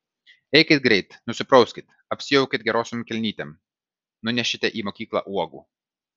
eikit greit nusiprauskit apsiaukit gerosiom kelnytėm nunešite į mokyklą uogų